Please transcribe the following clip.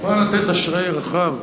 אני מוכן לתת אשראי רחב,